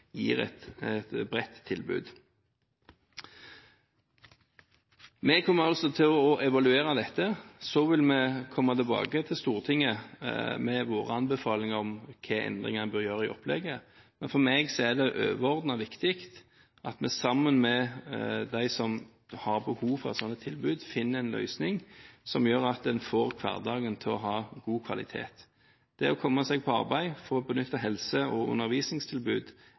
gir et bredt tilbud. Vi kommer altså til å evaluere dette. Så vil vi komme tilbake til Stortinget med våre anbefalinger om hvilke endringer en bør gjøre i opplegget. Men for meg er det overordnet viktig at vi sammen med dem som har behov for et sånt tilbud, finner en løsning som gjør at en får god kvalitet i hverdagen. Det å komme seg på arbeid og få benytte helse- og undervisningstilbud